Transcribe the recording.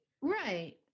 right